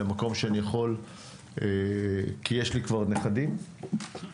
למקום שאני יכול - כי יש לי כבר נכדים - להשפיע,